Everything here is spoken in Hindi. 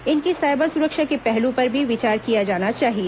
इनकी सायबर सुरक्षा के पहलू पर भी विचार किया जाना चाहिए